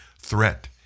threat